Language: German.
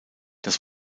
das